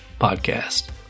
podcast